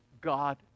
God